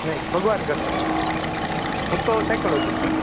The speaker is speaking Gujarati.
હી ભગવાન કરશે હું તો સાઇકોલોજિસ્ટ છુ